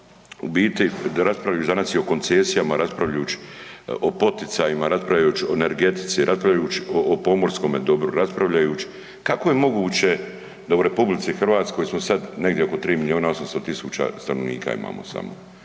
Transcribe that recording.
mi nije jasno da … danas o koncesijama raspravljajući o poticajima, o energetici, raspravljajući o pomorskome dobru raspravljajući. Kako je moguće da u RH smo sad negdje oko 3 milijuna 800 tisuća stanovnika imamo samo,